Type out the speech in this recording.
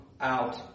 out